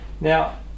Now